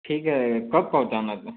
ठीक है कब पहुँचाना है तो